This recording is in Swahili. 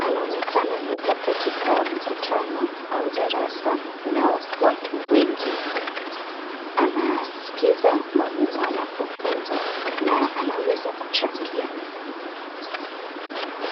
Anaonekana yuko katika mkutano au darasa na watu wengi. Anaskiza mwalimu anapofunza na anaweza kuchangia.